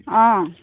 অঁ